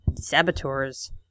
saboteurs